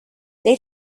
they